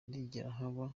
haba